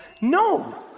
No